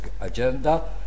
agenda